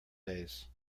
days